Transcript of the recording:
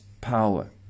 power